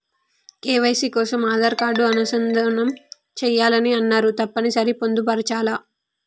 KYC కోసం Aadhaar card అనుసంధానం చేయాలని అన్నరు తప్పని సరి పొందుపరచాలా?